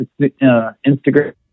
Instagram